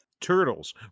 Turtles